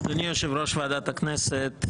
אדוני היושב-ראש, ועדת הכנסת,